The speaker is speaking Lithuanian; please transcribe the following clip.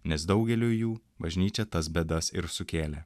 nes daugeliui jų bažnyčia tas bėdas ir sukėlė